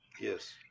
Yes